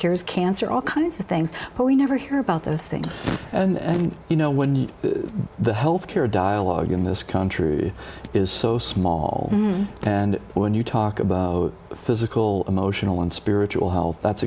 cures cancer all kinds of things but we never hear about those things and you know when the health care dialogue in this country is so small and when you talk about physical emotional and spiritual health that's